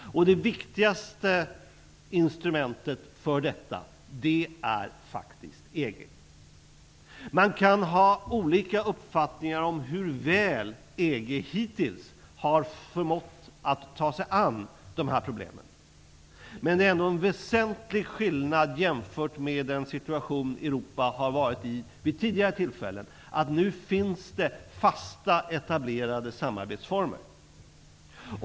Det viktigaste instrumentet för detta är faktiskt EG. Man kan ha olika uppfattningar om hur väl EG hittills har förmått att ta sig an de här problemen. Men det är ändå en väsentlig skillnad jämfört med den situation som Europa har varit i vid tidigare tillfällen: Nu finns det fasta, etablerade samarbetsformer.